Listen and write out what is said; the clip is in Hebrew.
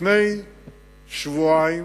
לפני שבועיים